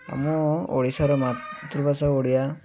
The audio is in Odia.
ଆମ ଓଡ଼ିଶାର ମାତୃଭାଷା ଓଡ଼ିଆ